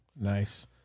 Nice